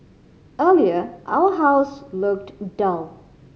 earlier our house looked dull